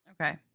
Okay